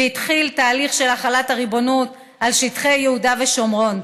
והתחיל תהליך של החלת הריבונות על שטחי יהודה ושומרון.